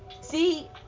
See